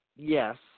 Yes